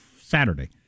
Saturday